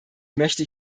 möchte